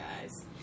guys